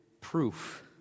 proof